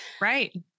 Right